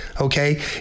okay